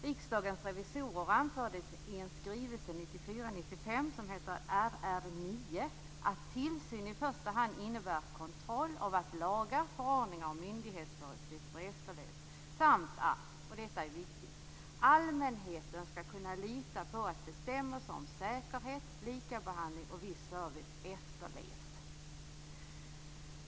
Riksdagens revisorer anförde i en skrivelse 1994/95:RR9 att tillsyn i första hand innebär kontroll av att lagar, förordningar och myndighetsföreskrifter efterlevs samt att - och detta är viktigt - allmänheten skall kunna lita på att bestämmelser om säkerhet, likabehandling och viss service efterlevs.